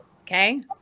Okay